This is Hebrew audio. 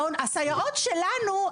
הסייעות שלנו,